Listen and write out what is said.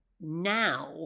now